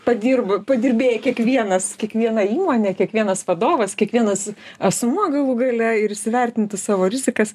padirba padirbėja kiekvienas kiekviena įmonė kiekvienas vadovas kiekvienas asmuo galų gale ir įsivertinti savo rizikas